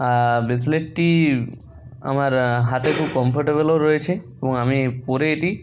আর ব্রেসলেটটি আমার হাতে খুব কমফোর্টেবলও রয়েছে এবং আমি পরে এটি